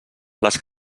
les